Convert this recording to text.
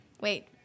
Wait